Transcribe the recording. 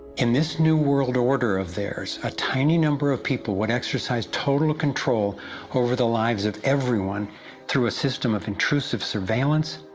in this new world order of theirs, a tiny number of people would exercise total control over the lives of everyone through a system of intrusive surveillance,